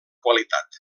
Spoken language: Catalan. qualitat